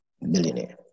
millionaire